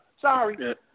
Sorry